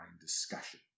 discussion